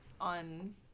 on